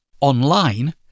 Online